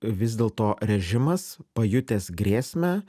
vis dėlto režimas pajutęs grėsmę